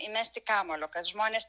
įmesti kamuolio kad žmonės